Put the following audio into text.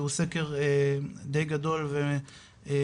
שהוא סקר די גדול באמת,